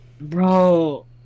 Bro